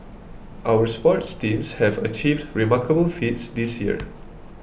our sports teams have achieved remarkable feats this year